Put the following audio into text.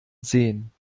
sehen